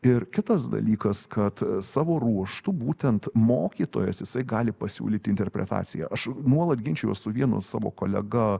ir kitas dalykas kad savo ruožtu būtent mokytojas jisai gali pasiūlyti interpretaciją aš nuolat ginčijuos su vienu savo kolega